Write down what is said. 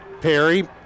Perry